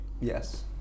Yes